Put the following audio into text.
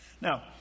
Now